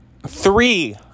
Three